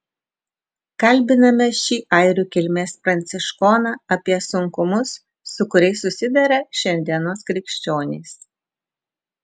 kalbiname šį airių kilmės pranciškoną apie sunkumus su kuriais susiduria šiandienos krikščionys